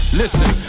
listen